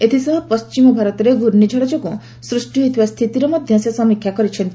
ଏଥିସହ ପଣ୍ଢିମ ଭାରତରେ ଘୂର୍ଷିଝଡ଼ ଯୋଗୁଁ ସୃଷ୍ଟି ହୋଇଥିବା ସ୍ଥିତିର ମଧ୍ୟ ସେ ସମୀକ୍ଷା କରିଛନ୍ତି